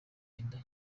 inda